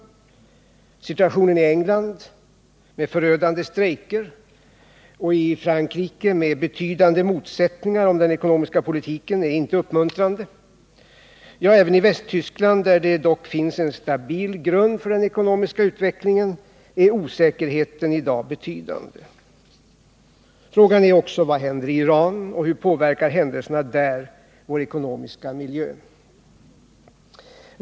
Situationen i England, med förödande strejker, och i Frankrike, med betydande motsättningar om den ekonomiska politiken, är inte uppmuntrande. Ja, även i Västtyskland, där det dock finns en stabil grund för den ekonomiska utvecklingen, är osäkerheten i dag betydande. Frågan är också vad som händer i Iran och hur händelserna där påverkar vår ekonomiska miljö.